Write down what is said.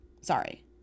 Sorry